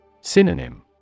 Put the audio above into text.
Synonym